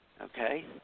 Okay